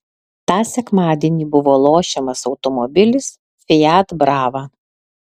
tą sekmadienį buvo lošiamas automobilis fiat brava